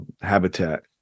habitat